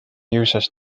uses